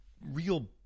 real